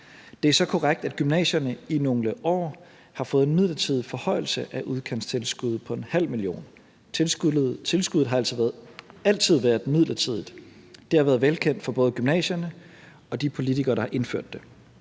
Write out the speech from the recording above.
Det er så korrekt, at gymnasierne i nogle år har fået en midlertidig forhøjelse af udkantstilskuddet på 0,5 mio. kr. Tilskuddet har altså altid været midlertidigt, og det har været velkendt for både gymnasierne og de politikere, der har indført det.